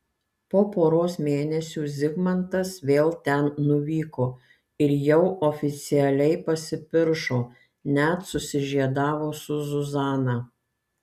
po poros mėnesių zigmantas vėl ten nuvyko ir jau oficialiai pasipiršo net susižiedavo su zuzana